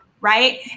right